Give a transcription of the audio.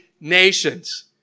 nations